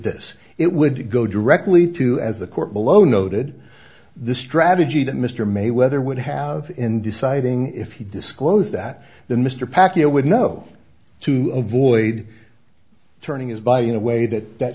this it would go directly to as the court below noted the strategy that mr mayweather would have in deciding if he disclosed that the mr packer would know to avoid turning his by in a way that that